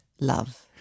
love